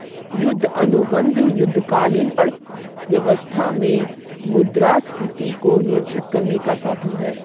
युद्ध अनुबंध युद्धकालीन अर्थव्यवस्था में मुद्रास्फीति को नियंत्रित करने का साधन हैं